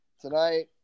tonight